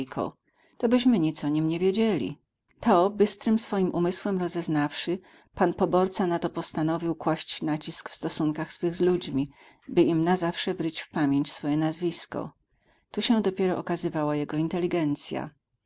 tobyśmy nic o nim nie wiedzieli to bystrym swoim umysłem rozeznawszy pan poborca na to postanowił kłaść nacisk w stosunkach swych z ludźmi by im na zawsze wryć w pamięć swoje nazwisko tu się dopiero okazywała jego inteligencja